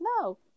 no